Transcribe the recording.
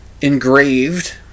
engraved